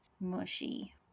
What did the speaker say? Mushy